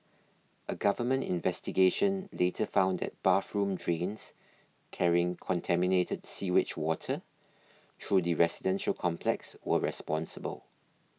a government investigation later found that bathroom drains carrying contaminated sewage water through the residential complex were responsible